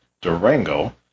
Durango